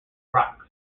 rocks